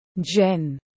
jen